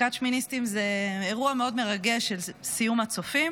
מפקד שמיניסטים זה אירוע מאוד מרגש של סיום הצופים,